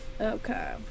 Okay